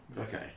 Okay